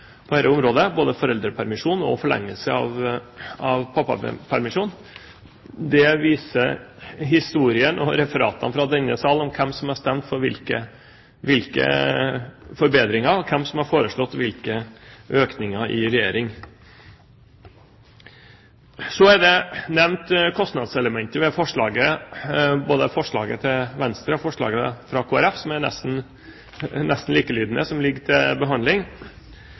på dette området, både foreldrepermisjonen og forlengelse av pappapermisjonen. Historien – og referatene fra denne sal – viser hvem som har stemt for hvilke forbedringer, og hvem som har foreslått økninger i regjering. Så er det nevnt et kostnadselement både ved forslaget til Venstre og forslaget fra Kristelig Folkeparti, som er nesten likelydende, og som ligger til behandling.